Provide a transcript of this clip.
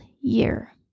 year